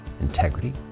integrity